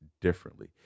differently